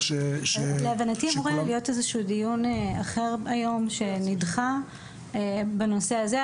להבנתי אמור להיות איזשהו דיון אחר היום שנדחה בנושא הזה,